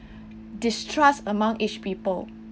distrust among each people